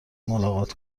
ملاقات